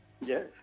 Yes